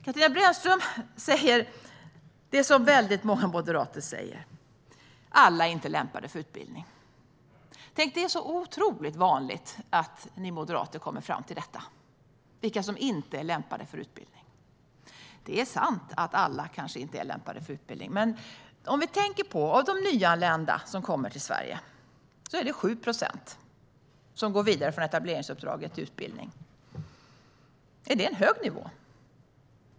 Katarina Brännström säger det som väldigt många moderater säger: Alla är inte lämpade för utbildning. Tänk, det är så otroligt vanligt att ni moderater kommer fram till vilka som inte är lämpade för utbildning. Det är sant att alla kanske inte är lämpade för utbildning. Men av de nyanlända som kommer till Sverige är det 7 procent som går vidare från etableringsuppdraget till utbildning. Är det en hög nivå?